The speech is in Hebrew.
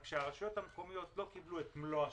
רק שהרשויות המקומיות החזקות לא קיבלו את מלוא השיפוי,